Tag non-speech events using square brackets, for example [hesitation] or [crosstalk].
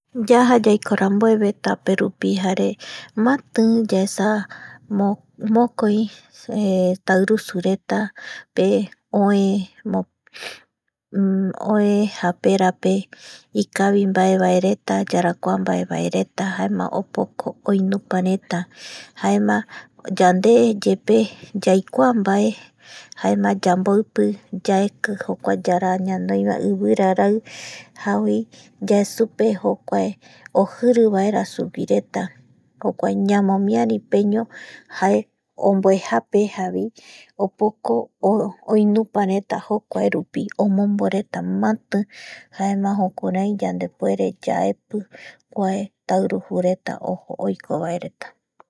Yaja yaikorambueve taperupi jare máti yaesa mokoi [hesitation] [noise] mokoi tairusueretape oe [hesitation] oe japerape ikavimbaereta yarakuambae vaereta jaema opoko oinupareta jaema yandeyepe yaikua mbae jaema yamboipi yaeki jokuae yara ñanoivae ivirarai javoi yae supe jokua ojivaera suguireta jokua ñamomiaripeño jae omboaejape javoi opoko oinupareta jokuae rupi omomboreta mati jaema jukurai yandepuere yaepi kuae tairujureta ojo oikovaereta